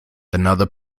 another